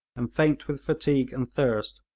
and faint with fatigue and thirst,